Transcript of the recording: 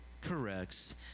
corrects